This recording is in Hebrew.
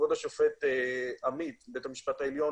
כבוד השופט עמית מבית המשפט העליון